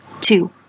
two